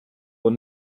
will